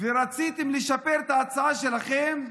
ורציתם לשפר את ההצעה שלכם,